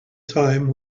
time